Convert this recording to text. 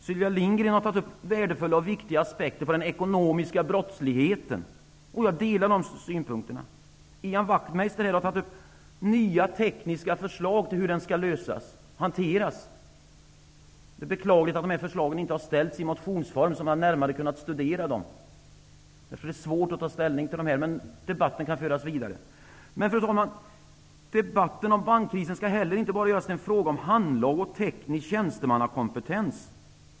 Sylvia Lindgren har tagit upp värdefulla aspekter på den ekonomiska brottsligheten, och jag delar de synpunkterna. Ian Wachtmeister har tagit upp nya tekniska förslag om hur den skall lösas och hanteras. Det är beklagligt att de här förslagen inte har framställts i motionsform, så att vi kunde ha studerat dem närmare. Därför är det svårt att ta ställning till dem, men debatten kan föras vidare. Men debatten om bankkrisen skall inte bara göras till en fråga om handlag och teknisk tjänstemannakompetens.